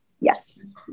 yes